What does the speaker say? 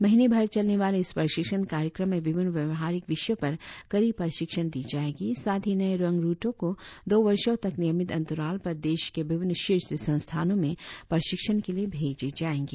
महीने भर चलने वाले इस प्रशिक्षण कार्यक्रम में विभिन्न व्यवहारिक विषयों पर कड़ी प्रशिक्षण दी जाएगी साथ ही नए रंगरुटों को दो वर्षों तक नियमित अंतराल पर देश के विभिन्न शीर्ष संस्थानों में प्रशिक्षाण के लिए भेज्ने ज्ञागेंगे